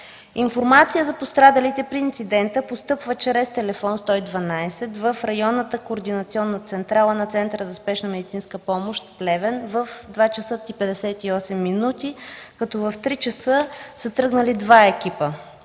Информация за пострадалите при инцидента постъпва чрез телефон 112 в Районната координационна централа на Центъра за спешна медицинска помощ – Плевен, в 2,58 ч., като в 3,00 ч. са тръгнали два екипа